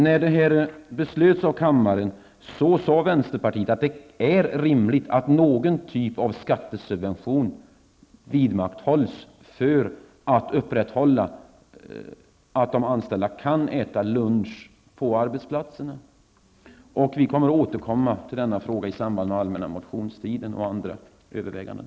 När kammaren fattade beslut om detta sade vänsterpartiet att det är rimligt att någon typ av skattesubvention vidmakthålls för att man skall upprätthålla att de anställda kan äta lunch på arbetsplatserna. Vi kommer att återkomma till denna fråga i samband med allmänna motionstiden och vid andra överväganden.